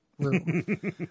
room